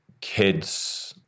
kids